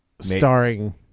Starring